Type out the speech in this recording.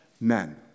men